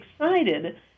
excited